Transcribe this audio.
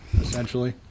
essentially